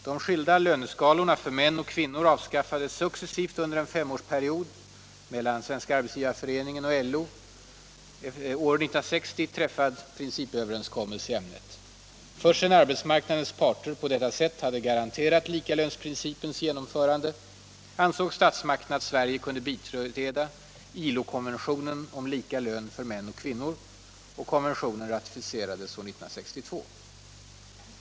De skilda löneskalorna för män och kvinnor avskaffades successivt under en femårsperiod, sedan Svenska arbetsgivareföreningen och LO år 1960 träffat en principöverenskommelse i ämnet. Först sedan arbetsmarknadens parter på detta sätt hade garanterat likalönsprincipens genomförande ansåg statsmakterna att Sverige kunde biträda ILO-konventionen om lika lön för män och kvinnor, och konventionen ratificerades år 1962.